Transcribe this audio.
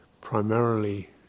primarily